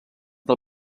del